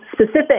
specific